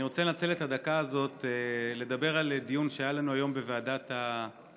אני רוצה לנצל את הדקה הזאת לדבר על דיון שהיה לנו היום בוועדת הפנים,